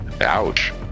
ouch